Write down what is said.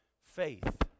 faith